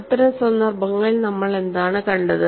അത്തരം സന്ദർഭങ്ങളിൽ നമ്മൾ എന്താണ് കണ്ടത്